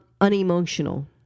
Unemotional